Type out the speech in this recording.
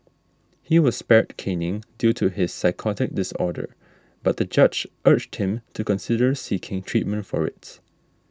he was spared caning due to his psychotic disorder but the judge urged him to consider seeking treatment for it